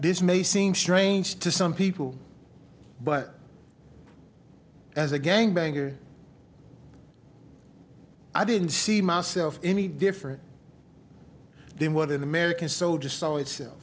this may seem strange to some people but as a gangbanger i didn't see myself any different than what an american soldier saw itself